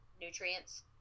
nutrients